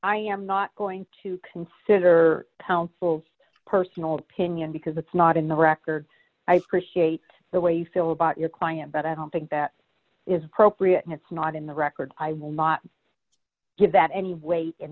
i am not going to consider counsel's personal opinion because it's not in the record i scritched a the way you feel about your client but i don't think that is appropriate and it's not in the record i will not give that any weight